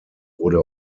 wurde